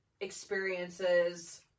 experiences